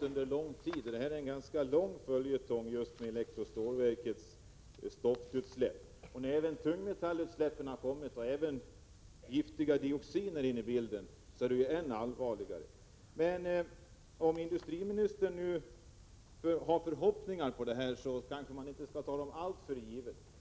under en lång tid bara har lovat. Just elektrostålverkets stoftutsläpp är en ganska lång följetong. När tungmetallutsläpp och giftiga dioxiner har kommit in i bilden blir det ännu allvarligare. Även om industriministern nu hyser förhoppningar, skall vi kanske inte ta dem alltför allvarligt.